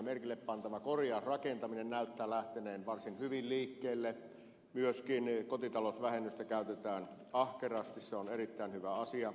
korjausrakentaminen näyttää lähteneen varsin hyvin liikkeelle myöskin kotitalousvähennystä käytetään ahkerasti se on erittäin hyvä asia